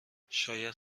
شاید